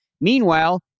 Meanwhile